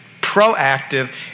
proactive